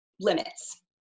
limits